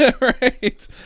Right